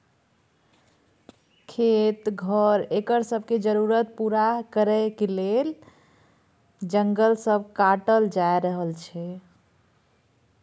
खेत, घर, एकर सब के जरूरत पूरा करइ लेल जंगल सब काटल जा रहल छै